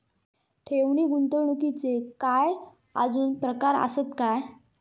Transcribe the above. ठेव नी गुंतवणूकचे काय आजुन प्रकार आसत काय?